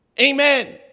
Amen